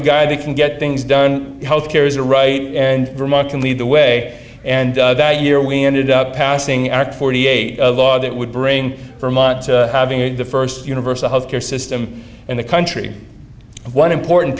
the guy that can get things done health care is a right and vermont can lead the way and that year we ended up passing at forty eight law that would bring vermont to having it the first universal health care system in the country one important